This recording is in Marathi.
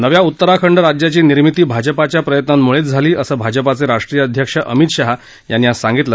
नवीन उत्तराखंड राज्याची निर्मिती भाजपाच्या प्रयत्नामुळेच झाली असं भाजपाचे अध्यक्ष अमित शहा यांनी आज सांगितलं